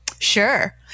Sure